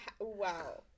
Wow